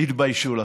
תתביישו לכם.